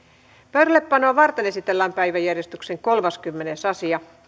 pöydällepanoa varten esitellään päiväjärjestyksen kolmaskymmenes asia